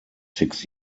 six